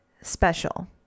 special